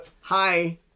Hi